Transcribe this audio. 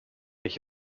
ich